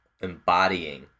embodying